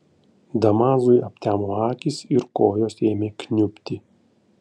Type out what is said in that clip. damazui aptemo akys ir kojos ėmė kniubti